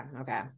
okay